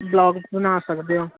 vlog ਬਣਾ ਸਕਦੇ ਹੋ